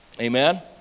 Amen